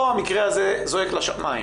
פה המקרה הזה זועק לשמיים.